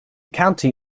county